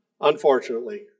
unfortunately